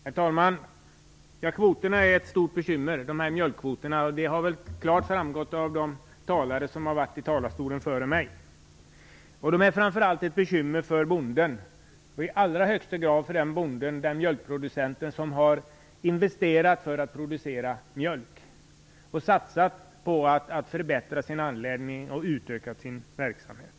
Herr talman! Mjölkkvoterna är ett stort bekymmer, vilket klart har framgått av de talare som har varit i talarstolen före mig. Mjölkkvoterna är ett bekymmer framför allt för bonden, och i allra högsta grad för den bonde, den mjölkkproducent, som har investerat för att producera mjölk och satsat på att förbättra sin anläggning och utöka sin verksamhet.